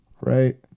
right